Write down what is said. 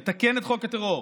לתקן את חוק הטרור,